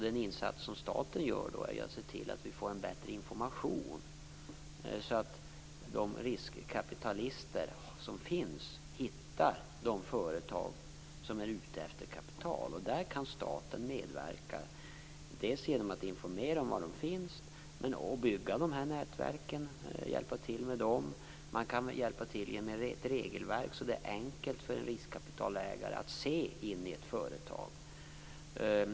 Den insats som staten gör är att se till att vi får en bättre information så att de riskkapitalister som finns hittar de företag som är ute efter kapital. Där kan staten medverka genom att informera om var de finns och bygga nätverken. Man kan hjälpa till genom ett regelverk så att det är enkelt för en riskkapitalägare att se in i ett företag.